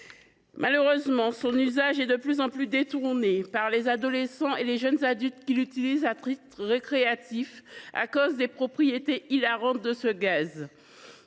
Malheureusement, son usage est de plus en plus détourné par les adolescents et les jeunes adultes, qui l’utilisent à titre récréatif, compte tenu des propriétés hilarantes de ce gaz.